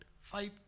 five